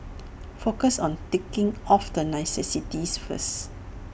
focus on ticking off the necessities first